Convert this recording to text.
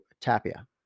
Tapia